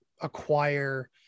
acquire